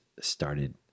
started